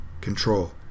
control